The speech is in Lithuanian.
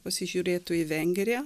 pasižiūrėtų į vengriją